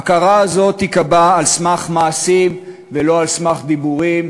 ההכרה הזאת תיקבע על-סמך מעשים ולא על-סמך דיבורים,